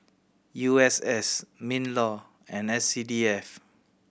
U S S MinLaw and S C D F